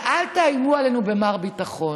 ואל תאיימו עלינו במר ביטחון.